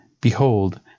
behold